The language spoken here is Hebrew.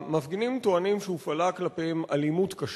המפגינים טוענים שהופעלה כלפיהם אלימות קשה,